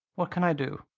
what can i do?